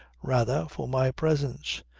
rather, for my presence.